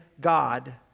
God